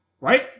Right